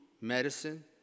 medicine